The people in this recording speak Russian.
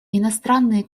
иностранные